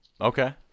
Okay